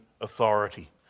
authority